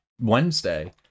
Wednesday